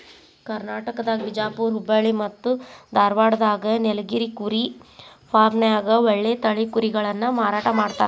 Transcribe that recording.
ಕರ್ನಾಟಕದಾಗ ಬಿಜಾಪುರ್ ಹುಬ್ಬಳ್ಳಿ ಮತ್ತ್ ಧಾರಾವಾಡದಾಗ ನೇಲಗಿರಿ ಕುರಿ ಫಾರ್ಮ್ನ್ಯಾಗ ಒಳ್ಳೆ ತಳಿ ಕುರಿಗಳನ್ನ ಮಾರಾಟ ಮಾಡ್ತಾರ